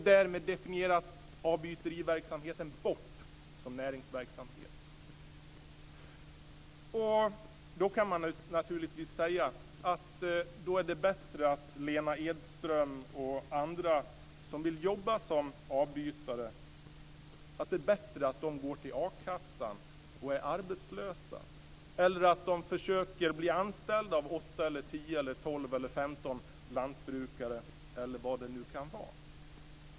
Därmed definieras avbyteriverksamheten bort som näringsverksamhet. Då kan man naturligtvis säga att det är bättre att Lena Edström och andra som vill jobba som avbytare går till a-kassan och är arbetslösa eller att de försöker bli anställda av ett antal lantbrukare eller vad det nu kan vara.